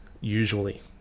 usually